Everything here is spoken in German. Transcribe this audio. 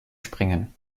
springen